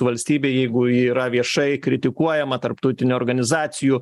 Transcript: valstybėj jeigu ji yra viešai kritikuojama tarptautinių organizacijų